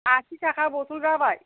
आसि थाखा बथल जाबाय